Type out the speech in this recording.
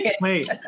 Wait